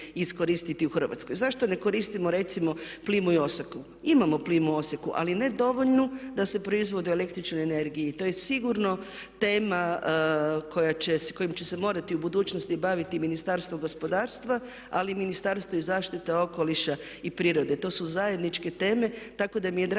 iskoristiti u Hrvatskoj. Zašto ne koristimo recimo plimu i oseku? Imamo plimu i oseku ali ne dovoljnu da se proizvode električne energije. I to je sigurno tema s kojom će se morati u budućnosti baviti Ministarstvo gospodarstva ali i Ministarstvo zaštite okoliša i prirode. To su zajedničke teme. Tako da mi je drago